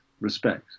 respect